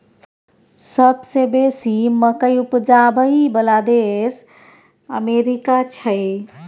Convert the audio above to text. सबसे बेसी मकइ उपजाबइ बला देश अमेरिका छै